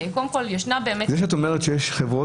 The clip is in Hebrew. קודם כול יש באמת --- זה שאת אומרת שיש חברות,